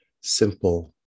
simple